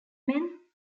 men